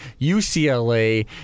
UCLA